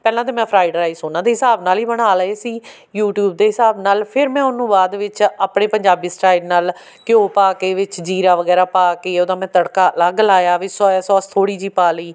ਪਹਿਲਾਂ ਤਾਂ ਮੈਂ ਫਰਾਈਡ ਰਾਈਸ ਉਹਨਾਂ ਦੇ ਹਿਸਾਬ ਨਾਲ ਵੀ ਬਣਾ ਲਏ ਸੀ ਯੂਟੀਊਬ ਦੇ ਹਿਸਾਬ ਨਾਲ ਫਿਰ ਮੈਂ ਉਹਨੂੰ ਬਾਅਦ ਵਿੱਚ ਆਪਣੇ ਪੰਜਾਬੀ ਸਟਾਈਲ ਨਾਲ ਘਿਓ ਪਾ ਕੇ ਵਿੱਚ ਜ਼ੀਰਾ ਵਗੈਰਾ ਪਾ ਕੇ ਉਹਦਾ ਮੈਂ ਤੜਕਾ ਅਲੱਗ ਲਾਇਆ ਵਿੱਚ ਸੋਇਆ ਸੋਸ ਥੋੜ੍ਹੀ ਜਿਹੀ ਪਾ ਲਈ